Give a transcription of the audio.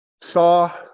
saw